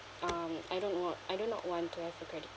um I don't know I do not want to have a credit card